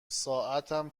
ساعتم